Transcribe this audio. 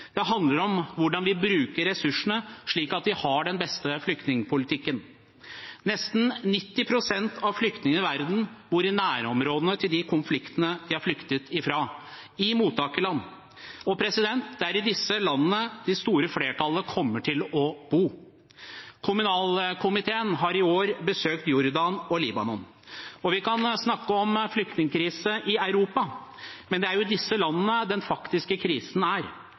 Det handler om hvordan vi bruker ressursene slik at vi har den beste flyktningpolitikken. Nesten 90 pst. av flyktningene i verden bor i nærområdene til de konfliktene de har flyktet fra, i mottakerland. Det er i disse landene det store flertallet kommer til å bo. Kommunal- og forvaltningskomiteen har i år besøkt Jordan og Libanon. Vi kan snakke om flyktningkrise i Europa, men det er jo i disse landene den faktiske krisen er.